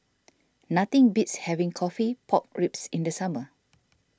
nothing beats having Coffee Pork Ribs in the summer